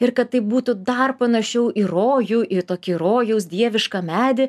ir kad tai būtų dar panašiau į rojų į tokį rojaus dievišką medį